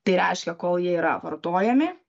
tai reiškia kol jie yra vartojami